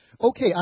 Okay